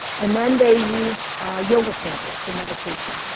and then they used yoga fingers for meditation